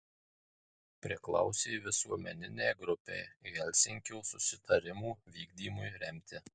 priklausė visuomeninei grupei helsinkio susitarimų vykdymui remti